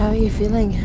ah you feeling?